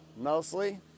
Mostly